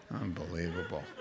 Unbelievable